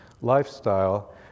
lifestyle